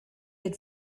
had